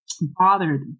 bothered